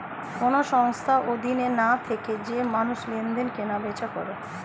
কোন সংস্থার অধীনে না থেকে যে মানুষ লেনদেন, কেনা বেচা করে